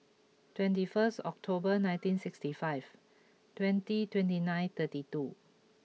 twenty first October nineteen sixty five twenty twenty nine thirty two